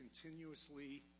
continuously